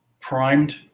primed